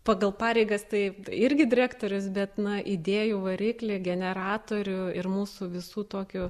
pagal pareigas tai irgi direktorius bet na idėjų variklį generatorių ir mūsų visų tokio